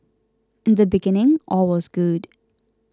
in the beginning all was good